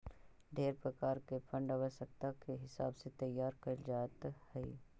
ढेर प्रकार के फंड आवश्यकता के हिसाब से तैयार कैल जात हई